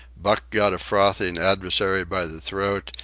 buck got a frothing adversary by the throat,